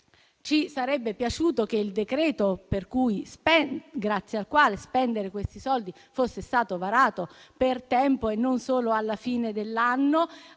Ci sarebbe piaciuto che il decreto-legge grazie al quale si potranno spendere questi soldi fosse stato varato per tempo e non solo alla fine dell'anno,